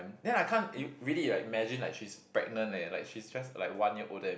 then I can't i~ really like imagine like she's pregnant leh like she's just like one year older than